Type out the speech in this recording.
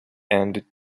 and